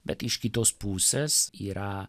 bet iš kitos pusės yra